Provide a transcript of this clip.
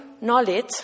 knowledge